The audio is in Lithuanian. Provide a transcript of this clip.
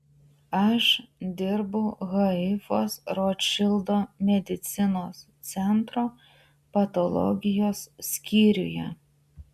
aš dirbu haifos rotšildo medicinos centro patologijos skyriuje